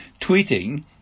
tweeting